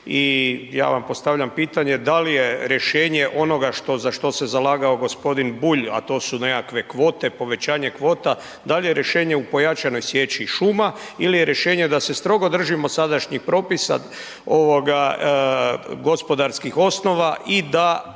ja vam postavljam pitanje dal je rješenje onoga što, za što se zalagao g. Bulj, a to su nekakve kvote, povećanje kvota, dal je rješenje u pojačanoj sječi šuma il je rješenje da se strogo držimo sadašnjih propisa, ovoga gospodarskih osnova i da